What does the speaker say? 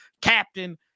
captain